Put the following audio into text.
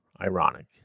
Ironic